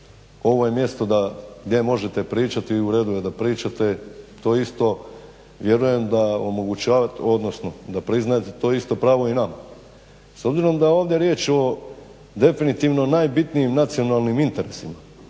ovo je mjesto da gdje možete pričati i u redu je da pričate. To isto vjerujem da, odnosno da priznajete to isto pravo i nama. S obzirom da je ovdje riječ o definitivno najbitnijim nacionalnim interesima,